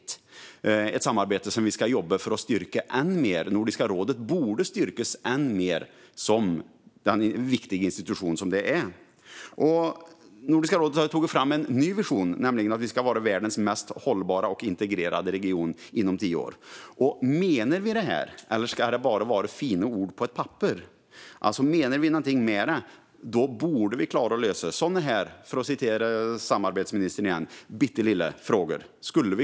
Det är ett samarbete som vi ska jobba för att stärka än mer. Nordiska rådet borde stärkas än mer som den viktiga institution som det är. Nordiska rådet har tagit fram en ny vision, nämligen att vi ska vara världens mest hållbara och integrerade region inom tio år. Menar vi det, eller är det bara fina ord på ett papper? Om vi menar någonting med det borde vi klara av att lösa sådana här, för att citera samarbetsministern igen, "bittelille" frågor.